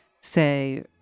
say